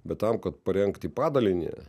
bet tam kad parengti padalinį